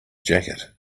jacket